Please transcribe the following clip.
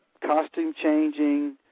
costume-changing